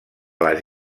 les